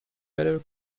better